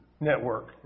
Network